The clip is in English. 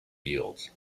yields